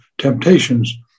temptations